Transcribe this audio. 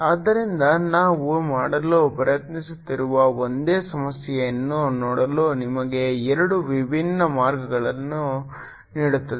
ಆದ್ದರಿಂದ ನಾವು ಮಾಡಲು ಪ್ರಯತ್ನಿಸುತ್ತಿರುವುದು ಒಂದೇ ಸಮಸ್ಯೆಯನ್ನು ನೋಡಲು ನಿಮಗೆ ಎರಡು ವಿಭಿನ್ನ ಮಾರ್ಗಗಳನ್ನು ನೀಡುತ್ತದೆ